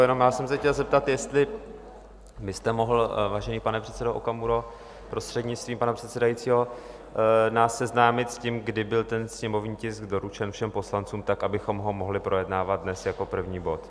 Jenom jsem se chtěl zeptat, jestli byste mohl, vážený pane předsedo Okamuro, prostřednictvím pana předsedajícího, nás seznámit s tím, kdy byl ten sněmovní tisk doručen všem poslancům tak, abychom ho mohli projednávat dnes jako první bod.